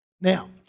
Now